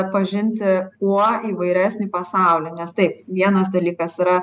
pažinti kuo įvairesnį pasaulį nes taip vienas dalykas yra